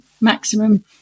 maximum